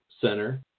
center